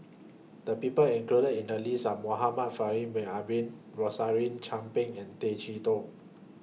The People included in The list Are Muhammad Faishal Ibrahim Rosaline Chan Pang and Tay Chee Toh